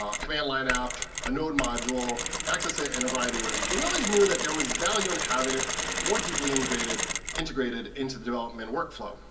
um command line app, a node module, access it in a variety of ways. but we always knew that there was value in having it more deeply integrated integrated into the developmental workflow.